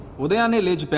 with and pooja